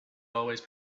always